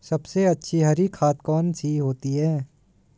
सबसे अच्छी हरी खाद कौन सी होती है?